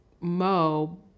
mo